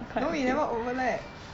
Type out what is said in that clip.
no we never overlap